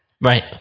right